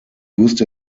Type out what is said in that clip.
used